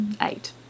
eight